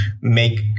make